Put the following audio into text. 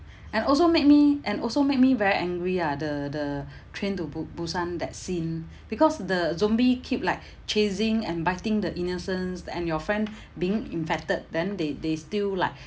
and also make me and also make me very angry ah the the train to bu~ busan that scene because the zombie keep like chasing and biting the innocents and your friend being infected then they they still like